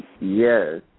Yes